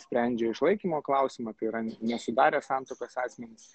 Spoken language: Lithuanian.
sprendžia išlaikymo klausimą tai yra nesudarę santuokos asmenys